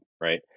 right